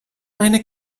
eine